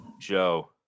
Joe